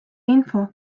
info